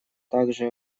также